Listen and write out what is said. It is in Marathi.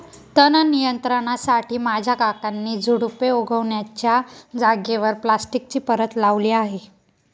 तण नियंत्रणासाठी माझ्या काकांनी झुडुपे उगण्याच्या जागेवर प्लास्टिकची परत लावली आहे